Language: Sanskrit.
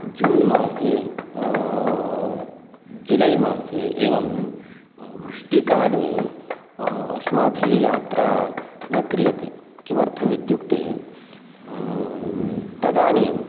जून् मासे जुलै मासे एवं वृष्टिकाले अस्माभिः यात्रा न क्रियते किमर्थम् इत्युक्ते तदानीं